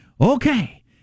Okay